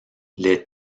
les